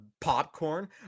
popcorn